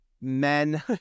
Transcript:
men